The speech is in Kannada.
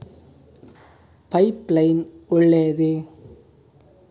ಪೈಪ್ ಲೈನ್ ಒಳ್ಳೆಯದೇ?